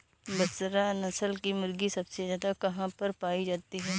बसरा नस्ल की मुर्गी सबसे ज्यादा कहाँ पर पाई जाती है?